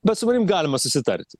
bet su manim galima susitarti